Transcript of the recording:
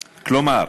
כלומר,